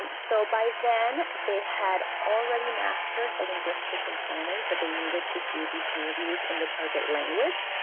so by then, they had already mastered the linguistic components that they needed to do these interviews in the target language.